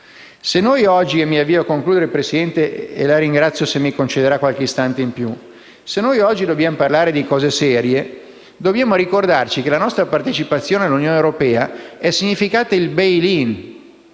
Se oggi dobbiamo parlare di cose serie, dobbiamo ricordarci che la nostra partecipazione all'Unione europea ha comportato il *bail in*